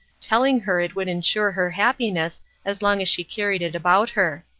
telling her it would ensure her happiness as long as she carried it about her.